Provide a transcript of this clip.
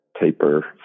taper